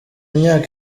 imyaka